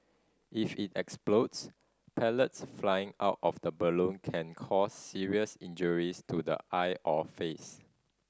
if it explodes pellets flying out of the balloon can cause serious injuries to the eye or face